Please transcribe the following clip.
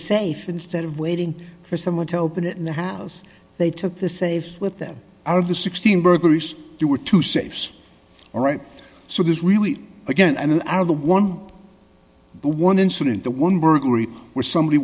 safe instead of waiting for someone to open it in the house they took the saves with them out of the sixteen burglaries there were two safes all right so this really again and out of the one the one incident the one burglary where somebody